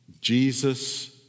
Jesus